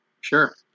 Sure